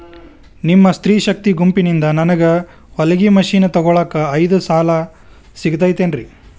ನಿಮ್ಮ ಸ್ತ್ರೇ ಶಕ್ತಿ ಗುಂಪಿನಿಂದ ನನಗ ಹೊಲಗಿ ಮಷೇನ್ ತೊಗೋಳಾಕ್ ಐದು ಸಾಲ ಸಿಗತೈತೇನ್ರಿ?